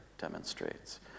demonstrates